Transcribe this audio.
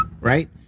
Right